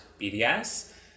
BDS